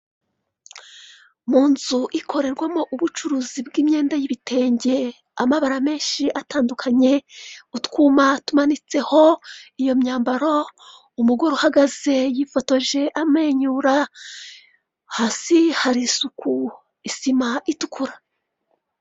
Mu nzu ikorerwamo ubucuruzi bw'imyenda y'ibitenge amabara menshi atandukanye, utwuma tumanitseho iyo myambaro umu umugore uhagaze yifotoje amwenyura, hasi hari isuku, isima itukura.